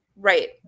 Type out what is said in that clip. Right